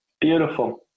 beautiful